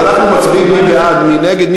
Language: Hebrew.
אז אנחנו מצביעים, מי בעד, מי נגד.